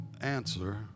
answer